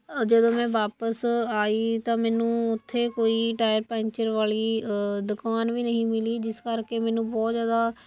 ਜਦੋਂ ਮੈਂ ਵਾਪਸ ਆਈ ਤਾਂ ਮੈਨੂੰ ਉੱਥੇ ਕੋਈ ਟਾਇਰ ਪੰਚਰ ਵਾਲੀ ਦੁਕਾਨ ਵੀ ਨਹੀਂ ਮਿਲੀ ਜਿਸ ਕਰਕੇ ਮੈਨੂੰ ਬਹੁਤ ਜ਼ਿਆਦਾ